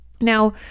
Now